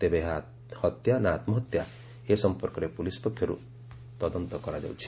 ତେବେ ଏହା ହତ୍ୟା ନା ଆତ୍କୁହତ୍ୟା ଏ ସଂପର୍କରେ ପୁଲିସ୍ ପକ୍ଷର୍ଠ ତଦନ୍ତ କରାଯାଉଛି